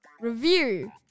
review